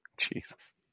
Jesus